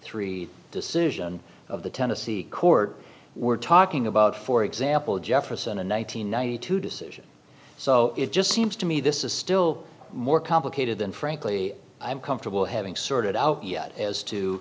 three decision of the tennessee court we're talking about for example jefferson in one nine hundred ninety two decision so it just seems to me this is still more complicated than frankly i'm comfortable having sorted out yet as to